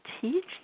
teach